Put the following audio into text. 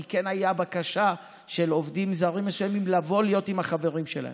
כי כן הייתה בקשה של עובדים זרים מסוימים לבוא להיות עם החברים שלהם.